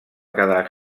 quedar